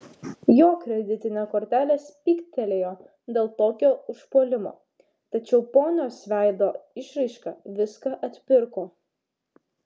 jo kreditinė kortelė spygtelėjo dėl tokio užpuolimo tačiau ponios veido išraiška viską atpirko